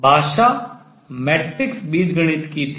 भाषा मैट्रिक्स बीजगणित की थी